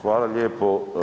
Hvala lijepo.